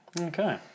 Okay